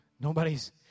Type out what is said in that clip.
Nobody's